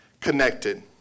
connected